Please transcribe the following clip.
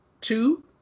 two